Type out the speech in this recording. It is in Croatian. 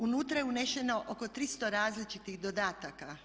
Unutra je uneseno oko 300 različitih dodataka.